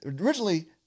originally